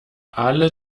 alle